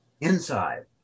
inside